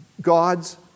God's